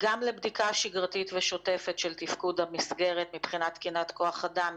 גם לבדיקה שגרתית ושוטפת של תפקוד המסגרת מבחינת תקינת כוח אדם,